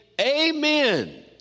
amen